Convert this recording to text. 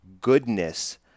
goodness